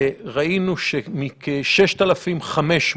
ראינו בערך 6,500